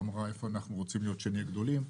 אמרה איפה אנחנו רוצים להיות כשנהיה גדולים.